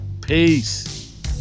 Peace